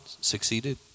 succeeded